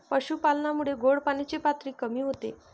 पशुपालनामुळे गोड पाण्याची पातळी कमी होते